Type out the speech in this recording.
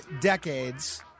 decades